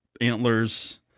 antlers